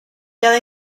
cada